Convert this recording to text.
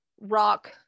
rock